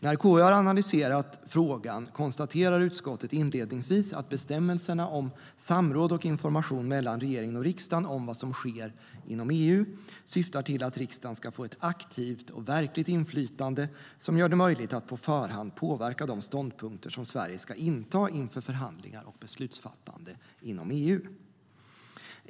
När KU har analyserat frågan konstaterar utskottet inledningsvis att bestämmelserna om samråd och information mellan regeringen och riksdagen om vad som sker inom EU syftar till att riksdagen ska få ett aktivt och verkligt inflytande som gör det möjligt att på förhand påverka de ståndpunkter som Sverige ska inta inför förhandlingar och beslutsfattande nom EU.